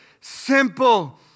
simple